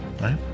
right